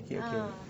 ah